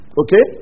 okay